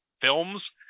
films